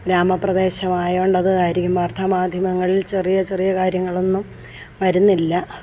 ഗ്രാമപ്രദേശമായതു കൊണ്ട് അത് ആർക്കും വാർത്താ മാധ്യമങ്ങളിൽ ചെറിയ ചെറിയ കാര്യങ്ങളൊന്നും വരുന്നില്ല എം